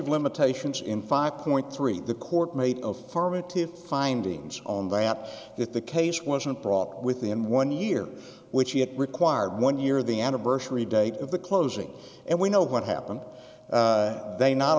of limitations in five point three the court made affirmative findings on the map that the case wasn't brought within one year which he had required one year the anniversary date of the closing and we know what happened they not